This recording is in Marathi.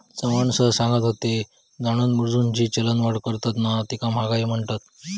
चव्हाण सर सांगत होते, जाणूनबुजून जी चलनवाढ करतत ना तीका महागाई म्हणतत